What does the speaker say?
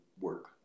work